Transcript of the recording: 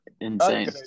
insane